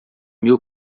mil